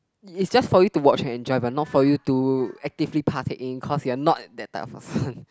is just for you to watch and enjoy but not for you to actively participate cause you're not that type of person